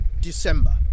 December